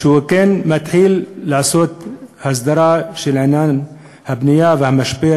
שכן מתחיל לעשות הסדרה של עניין הבנייה והמשבר,